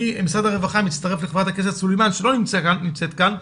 אני מצטרף לחברת הכנסת סלימאן שלא נמצאת כאן,